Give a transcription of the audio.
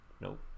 Nope